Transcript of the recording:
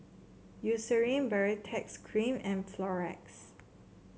Eucerin Baritex Cream and Floxia